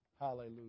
Hallelujah